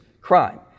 crime